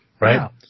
Right